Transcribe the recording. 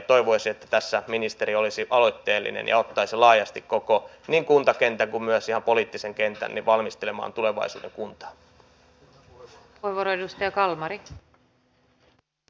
toivoisin että nyt ministeri olisi aloitteellinen ja ottaisi laajasti niin koko kuntakentän kuin myös poliittisen kentän valmistelemaan tulevaisuuden kuntaa